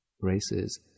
races